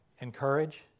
Encourage